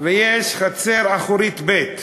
ויש חצר אחורית ב';